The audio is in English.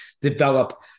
develop